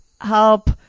help